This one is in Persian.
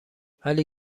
ولی